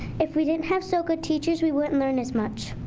if we didn't have so good teachers we wouldn't learn as much.